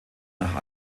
nach